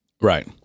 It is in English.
Right